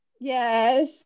Yes